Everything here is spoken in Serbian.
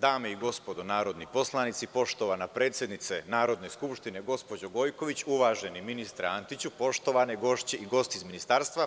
Dame i gospodo narodni poslanici, poštovana predsednice Narodne skupštine, gospođo Gojković, uvaženi ministre Antiću, poštovane gošće i gosti iz Ministarstva,